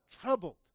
Troubled